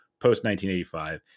post-1985